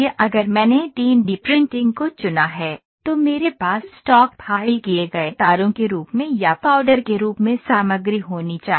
अगर मैंने 3 D printing को चुना है तो मेरे पास स्टॉक फाइल किए गए तारों के रूप में या पाउडर के रूप में सामग्री होनी चाहिए